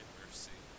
mercy